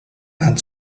and